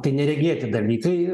tai neregėti dalykai